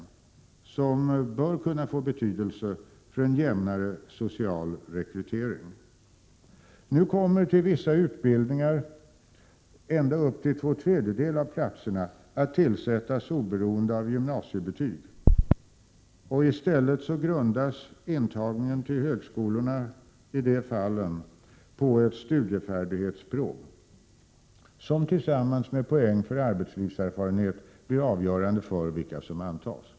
Dessa regler bör kunna få betydelse för en jämnare social rekrytering. Enligt det förslaget kommer för vissa utbildningar ända upp till två tredjedelar av platserna att tillsättas oberoende av gymnasiebetyg. I stället grundas intagningen till högskolorna i de fallen på ett studiefärdighetsprov, som tillsammans med poäng för arbetslivserfarenhet blir avgörande för vilka som antas.